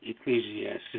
Ecclesiastes